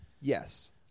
Yes